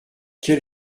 quel